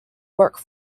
work